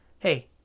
hey